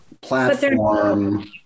platform